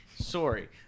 Sorry